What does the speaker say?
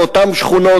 באותן שכונות.